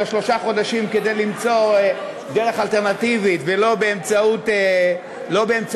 שלושת החודשים כדי למצוא דרך אלטרנטיבית ולא באמצעות החקיקה,